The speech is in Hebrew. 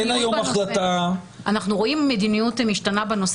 אין היום החלטה -- אנחנו רואים מדיניות משתנה בנושא.